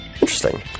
interesting